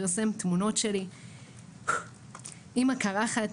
פרסם תמונות שלי עם הקרחת,